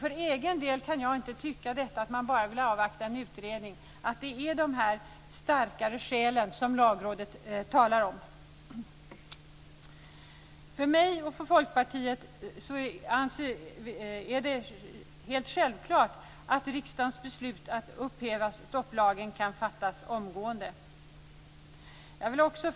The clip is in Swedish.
För egen del kan jag inte tycka att de starkare skäl som Lagrådet talar om föreligger, och inte heller att man bara skall avvakta en utredning.